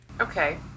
okay